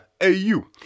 au